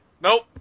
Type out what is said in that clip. nope